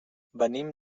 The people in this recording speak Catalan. venim